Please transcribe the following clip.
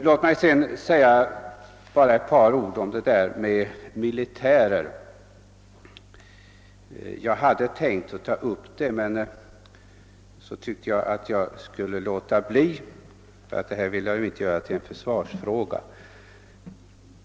Låt mig sedan säga några ord om en eventuell insats av militärer. Jag hade tänkt ta upp den frågan, men så tyckte jag att jag skulle låta bli eftersom jag inte ville dra in försvaret i denna fråga.